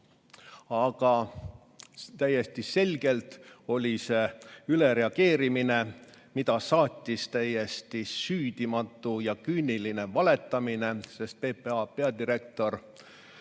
Aga täiesti selgelt oli see ülereageerimine, mida saatis süüdimatu ja küüniline valetamine, sest PPA peadirektor